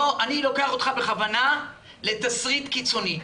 אני לוקח אותך בכוונה לתסריט קיצוני,